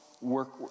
work